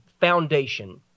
foundation